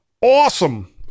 awesome